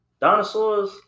Dinosaurs